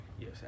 yes